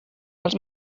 els